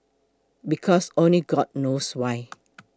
because only god knows why